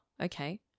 okay